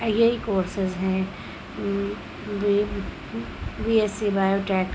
یہی کورسز ہیں B S C bio ٹیک